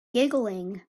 giggling